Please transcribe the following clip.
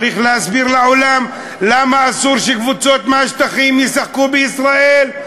צריך להסביר לעולם למה אסור שקבוצות מהשטחים ישחקו בישראל,